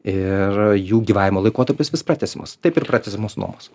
ir jų gyvenimo laikotarpis vis pratęsiamas taip ir pratęsiamos nuomos